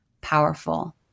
powerful